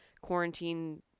quarantine